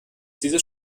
dieses